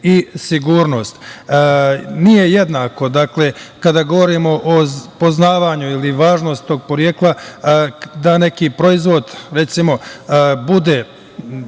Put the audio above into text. i sigurnost. Nije jednako, kada govorimo o poznavanju i važnost tog porekla, da neki proizvod bude